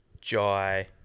Jai